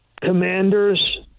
Commanders